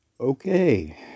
Okay